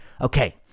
Okay